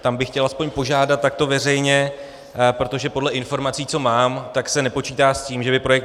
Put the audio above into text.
Tam bych chtěl aspoň požádat takto veřejně, protože podle informací, co mám, se nepočítá s tím, že by projekt